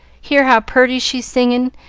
hear how purty she's singin',